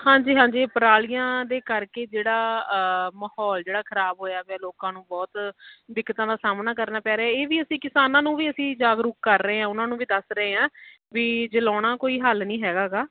ਹਾਂਜੀ ਹਾਂਜੀ ਪਰਾਲੀਆਂ ਦੇ ਕਰਕੇ ਜਿਹੜਾ ਮਾਹੌਲ ਜਿਹੜਾ ਖ਼ਰਾਬ ਹੋਇਆ ਪਿਆ ਲੋਕਾਂ ਨੂੰ ਬਹੁਤ ਦਿੱਕਤਾਂ ਦਾ ਸਾਹਮਣਾ ਕਰਨਾ ਪੈ ਰਿਹਾ ਇਹ ਵੀ ਅਸੀਂ ਕਿਸਾਨਾਂ ਨੂੰ ਵੀ ਅਸੀਂ ਜਾਗਰੂਕ ਕਰ ਰਹੇ ਹਾਂ ਉਹਨਾਂ ਨੂੰ ਵੀ ਦੱਸ ਰਹੇ ਹਾਂ ਵੀ ਜਲਾਉਣਾ ਕੋਈ ਹੱਲ ਨਹੀਂ ਹੈਗਾ ਗਾ